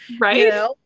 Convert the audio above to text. Right